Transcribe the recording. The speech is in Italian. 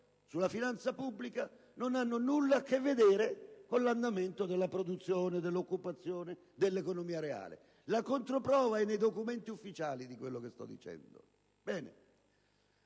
sulla finanza pubblica non hanno nulla a che vedere con l'andamento della produzione, dell'occupazione, dell'economia reale: la controprova di quanto sto dicendo